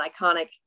iconic